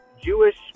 Jewish